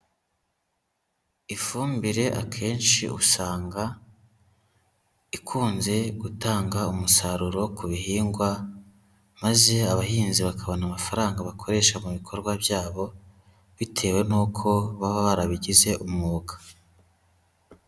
Ifumbire akenshi usanga, ikunze gutanga umusaruro ku bihingwa, maze abahinzi bakabona amafaranga bakoresha mu bikorwa byabo, bitewe n'uko baba barabigize umwuga.